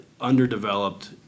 underdeveloped